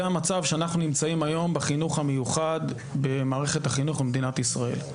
זה המצב שאנחנו נמצאים היום בחינוך המיוחד במערכת החינוך במדינת ישראל.